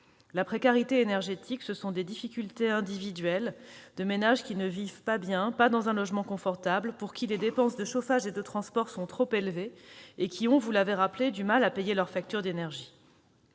La précarité énergétique, ce sont des difficultés individuelles de ménages qui ne vivent pas bien, en tout cas pas dans un logement confortable, pour qui les dépenses de chauffage et de transports sont trop élevées et qui ont, vous l'avez rappelé, du mal à payer leur facture d'énergie.